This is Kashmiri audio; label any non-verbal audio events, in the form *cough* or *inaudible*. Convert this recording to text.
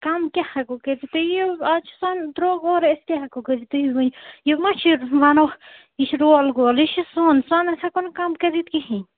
کَم کیٛاہ ہٮ۪کو کٔرِتھ تُہۍ یِیِو آز چھِ سۄن درٛوٚگ اورَے أسۍ کیٛاہ ہٮ۪کو کٔرِتھ تُہۍ ؤنِو یہِ مَہ چھِ *unintelligible* وَنو یہِ چھِ رول گول یہِ چھِ سۄن سۄنَس ہٮ۪کو نہٕ کَم کٔرِتھ کِہیٖنۍ